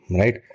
right